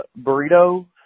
burrito